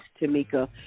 Tamika